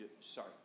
sorry